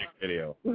video